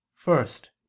first